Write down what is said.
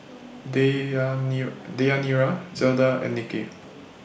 Deyanira Zelda and Nicky